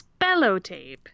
spellotape